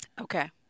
Okay